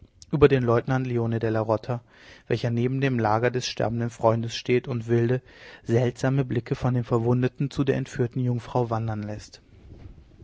über den leutnant leone della rota welcher neben dem lager des sterbenden freundes steht und wilde seltsame blicke von dem verwundeten zu der entführten jungfrau wandern läßt